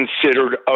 considered